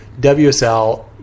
WSL